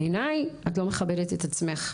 בעיניי את לא מכבדת את עצמך.